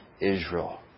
Israel